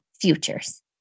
futures